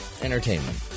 entertainment